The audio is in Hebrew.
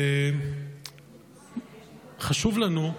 חשוב לנו,